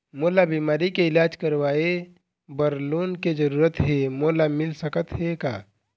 मोला बीमारी के इलाज करवाए बर लोन के जरूरत हे मोला मिल सकत हे का?